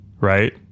right